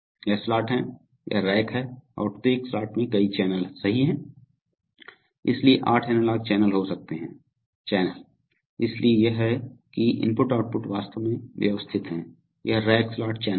यह स्लॉट है यह रैक है और प्रत्येक स्लॉट में कई चैनल सही हैं इसलिए आठ एनालॉग चैनल हो सकते हैं चैनल इसलिए यह है कि I 0 वास्तव में व्यवस्थित है यह रैक स्लॉट चैनल है